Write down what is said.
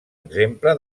exemple